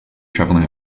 traveling